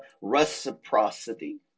reciprocity